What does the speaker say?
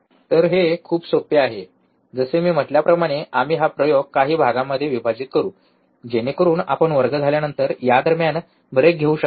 तर हे खूप सोपे आहे जसे मी म्हटल्याप्रमाणे आम्ही हा प्रयोग काही भागांमध्ये विभाजित करू जेणेकरून आपण वर्ग झाल्यानंतर या दरम्यान ब्रेक घेऊ शकता